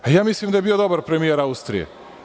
Ja mislim da je bio dobar premijer Austrije.